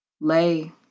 lay